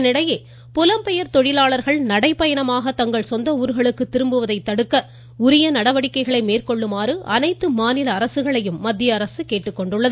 இதனிடையே புலம்பெயர் தொழிலாளர்கள் நடைபயணமாக தங்கள் சொந்த ஊர்களுக்கு திரும்புவதை தடுக்க உரிய நடவடிக்கை எடுக்குமாறு அனைத்து மாநில அரசுகளையும் மத்திய அரசு கேட்டுக்கொண்டுள்ளது